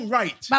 right